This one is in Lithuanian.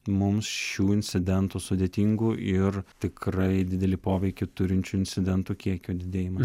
mums šių incidentų sudėtingų ir tikrai didelį poveikį turinčių incidentų kiekio didėjimas